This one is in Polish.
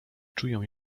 czuję